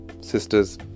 sister's